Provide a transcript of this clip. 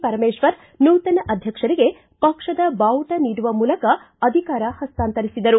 ಪರಮೇಶ್ವರ ನೂತನ ಅಧ್ಯಕ್ಷರಿಗೆ ಪಕ್ಷದ ಬಾವುಟ ನೀಡುವ ಮೂಲಕ ಅಧಿಕಾರ ಹಸ್ತಾತರಿಸಿದರು